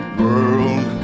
world